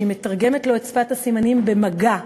שמתרגמת לו את שפת הסימנים במגע,